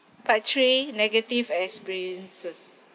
part three negative experiences